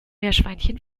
meerschweinchen